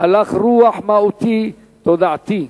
הלך רוח מהותי, תודעתי,